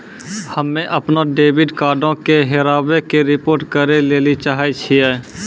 हम्मे अपनो डेबिट कार्डो के हेराबै के रिपोर्ट करै लेली चाहै छियै